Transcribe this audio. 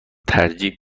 ترجیح